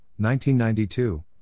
1992